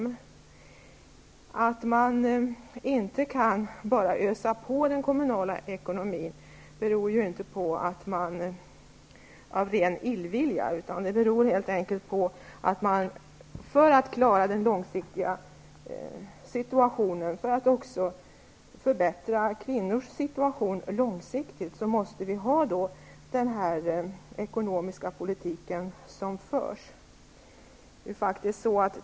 Att man inte bara kan ösa på i den kommunala ekonomin beror ju inte på ren illvilja, utan vi måste helt enkelt för att klara den långsiktiga situationen, och också för att förbättra för kvinnorna på sikt, föra en annan ekonomisk politik.